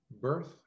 birth